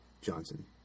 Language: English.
Johnson